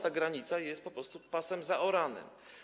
Ta granica jest po prostu pasem zaoranym.